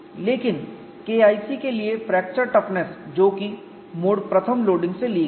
लेकिन KIC के लिए फ्रैक्चर टफनेस जो कि मोड I लोडिंग ली गई है